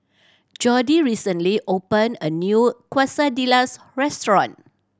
Jordy recently opened a new Quesadillas restaurant